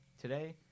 today